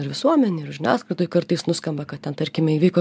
ir visuomenėj ir žiniasklaidoj kartais nuskamba kad ten tarkime įvyko